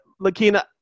Lakina